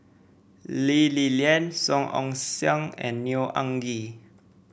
Lee Li Lian Song Ong Siang and Neo Anngee